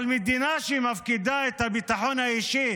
אבל מדינה שמפקידה את הביטחון האישי